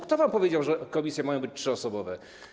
Kto wam powiedział, że komisje mają być trzyosobowe?